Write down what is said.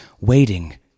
waiting